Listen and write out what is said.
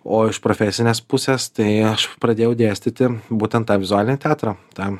o iš profesinės pusės tai aš pradėjau dėstyti būtent tą vizualinį teatrą tą